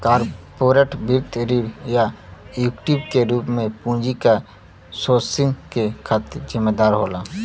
corporate वित्त ऋण या इक्विटी के रूप में पूंजी क सोर्सिंग के खातिर जिम्मेदार होला